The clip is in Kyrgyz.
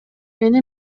мени